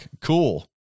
Cool